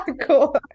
Cool